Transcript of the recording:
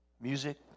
music